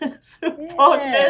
supporters